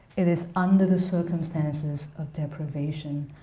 it is under the circumstances of deprivation,